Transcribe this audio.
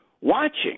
watching